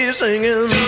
singing